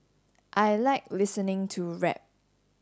I like listening to rap